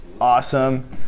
awesome